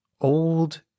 old